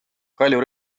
kalju